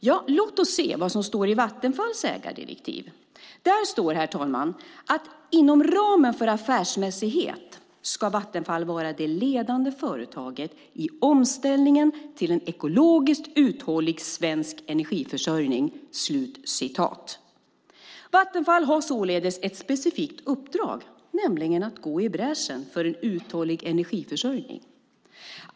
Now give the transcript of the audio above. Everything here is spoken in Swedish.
Ja, låt oss se vad som står i Vattenfalls ägardirektiv! Där står, herr talman, att Vattenfall ska "inom ramen för affärsmässighet vara det ledande företaget i omställningen till en ekologiskt uthållig svensk energiförsörjning". Vattenfall har således ett specifikt uppdrag, nämligen att gå i bräschen för en uthållig energiförsörjning.